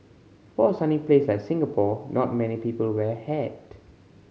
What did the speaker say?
for a sunny place like Singapore not many people wear hat